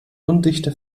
undichte